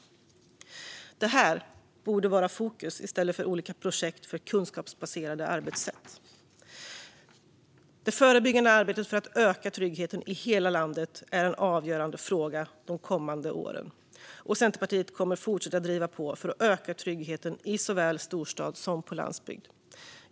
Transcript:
Detta borde vara fokus i stället för olika projekt för kunskapsbaserade arbetssätt. Det förebyggande arbetet för att öka tryggheten i hela landet är en avgörande fråga de kommande åren. Centerpartiet kommer att fortsätta att driva på för att öka tryggheten i såväl storstad som på landsbygd.